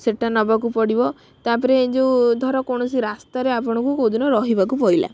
ସେଇଟ ନେବାକୁ ପଡ଼ିବ ତା ପରେ ଯେଉଁ ଧର କୌଣସି ରାସ୍ତାରେ ଆପଣଙ୍କୁ କେଉଁଦିନ ରହିବାକୁ ପଇଲା